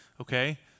Okay